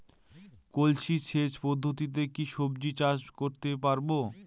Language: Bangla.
কলসি সেচ পদ্ধতিতে কি সবজি চাষ করতে পারব?